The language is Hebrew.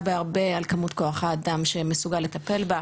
בהרבה על כמות כוח אדם שמסוגל לטפל בה,